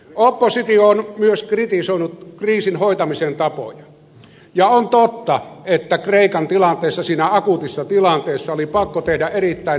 oppositio on myös kritisoinut kriisin hoitamisen tapoja ja on totta että kreikan tilanteessa siinä akuutissa tilanteessa oli pakko tehdä erittäin nopeita päätöksiä